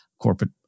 corporate